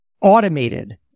automated